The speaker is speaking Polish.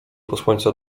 posłańca